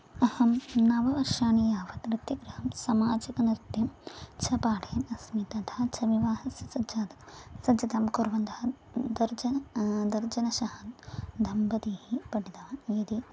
अहं नववर्षाणि यावत् नृत्यगृहं समाजिकनृत्यं च पाठयन् अस्मि तथा च विवाहस्य सज्जतां सज्जतां कुर्वन्तः दर्जन तर्जनशः दम्पतिः पठितवान् यदि